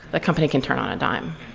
that company can turn on a dime.